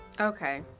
Okay